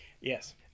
Yes